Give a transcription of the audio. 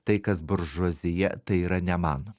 tai kas buržuazija tai yra ne man